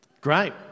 Great